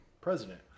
president